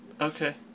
Okay